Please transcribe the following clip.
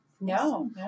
No